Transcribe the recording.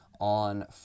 on